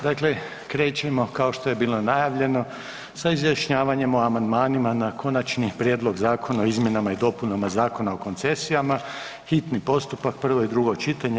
Dakle, krećemo kao što je bilo najavljeno sa izjašnjavanjem o amandmanima na Konačni prijedlog zakona o izmjenama i dopunama Zakon o koncesijama, hitni postupak, prvo i drugo čitanje.